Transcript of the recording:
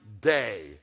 day